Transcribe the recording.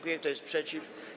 Kto jest przeciw?